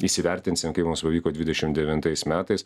įsivertinsim kaip mums pavyko dvidešim devintais metais